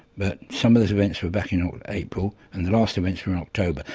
but some of those events were back you know in april and the last events were in october.